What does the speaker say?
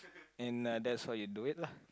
and uh that's how you do it lah